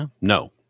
No